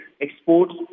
exports